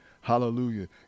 hallelujah